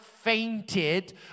fainted